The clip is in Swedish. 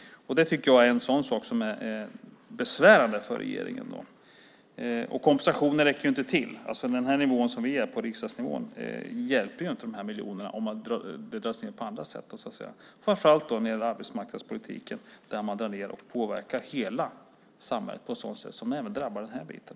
Det tycker jag borde kännas besvärande för regeringen. Kompensationen räcker inte till. På den nivå vi är på, riksdagsnivån, hjälper inte dessa miljoner om det dras in på andra sätt, framför allt när det gäller arbetsmarknadspolitiken, där man drar ned och påverkar hela samhället på ett sätt som även drabbar den här biten.